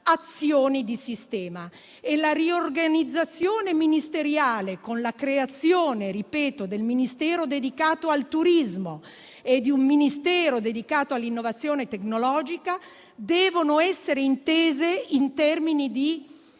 azioni di sistema. La riorganizzazione ministeriale con la creazione - ripeto - del Ministero dedicato al turismo e di un Ministero dedicato all'innovazione tecnologica deve essere intesa in termini di